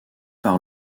par